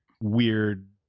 weird